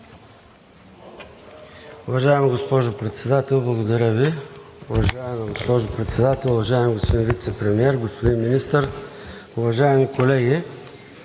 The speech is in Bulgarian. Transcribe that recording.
Уважаема госпожо Председател, благодаря Ви. Уважаема госпожо Председател, уважаеми господин Вицепремиер, господин Министър, уважаеми колеги!